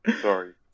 Sorry